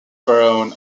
pharaoh